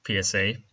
PSA